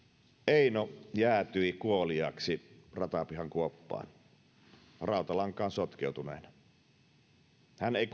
eino jäätyi kuoliaaksi ratapihan kuoppaan rautalankaan sotkeutuneena hän ei